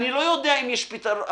אני לא יודע אם יש פתרון.